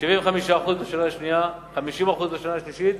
75% בשנה השנייה, 50% בשנה השלישית